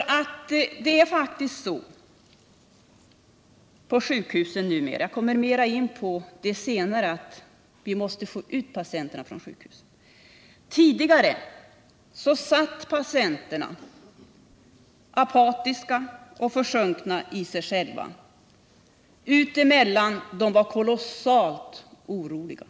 Jag kommer senare i mitt anförande mera in på detta att vi måste få ut patienterna från sjukhuset. Tidigare satt patienterna apatiska och försjunkna i sig själva. Däremellan var de kolossalt oroliga.